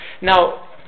Now